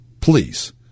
please